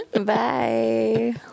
Bye